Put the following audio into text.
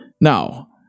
Now